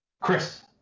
Chris